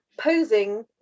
posing